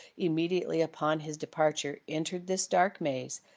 immediately upon his departure entered this dark maze,